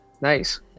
Nice